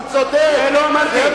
הוא צודק, זה מה שיגיע.